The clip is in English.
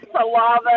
saliva